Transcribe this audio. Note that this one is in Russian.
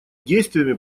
действиями